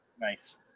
Nice